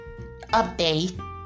update